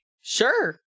Sure